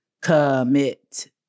commit